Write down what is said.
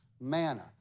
manna